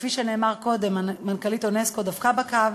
וכפי שנאמר קודם, מנכ"לית אונסק"ו דבקה בקו